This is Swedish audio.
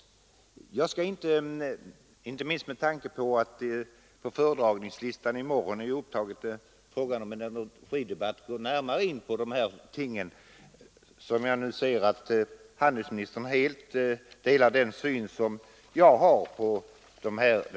13 maj 1974 Inte minst med tanke på att vi i morgon får en energidebatt skall jag nu inte gå närmare in på dessa ting, då jag finner att handelsministern helt delar min syn.